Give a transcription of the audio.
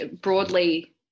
broadly